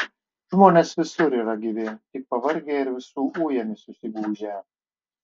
žmonės visur yra gyvi tik pavargę ir visų ujami susigūžę